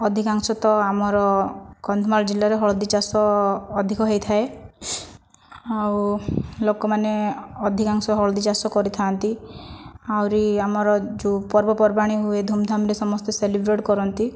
ଅଧିକାଂଶ ତ ଆମର କନ୍ଧମାଳ ଜିଲ୍ଲାରେ ହଳଦୀ ଚାଷ ଅଧିକ ହୋଇଥାଏ ଆଉ ଲୋକମାନେ ଅଧିକାଂଶ ହଳଦୀ ଚାଷ କରିଥା'ନ୍ତି ଆହୁରି ଆମର ଯେଉଁ ପର୍ବ ପର୍ବାଣି ହୁଏ ଧୂମଧାମରେ ସମସ୍ତେ ସେଲିବ୍ରେଟ କରନ୍ତି